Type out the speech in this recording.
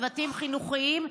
צוותים חינוכיים,